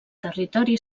territori